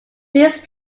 these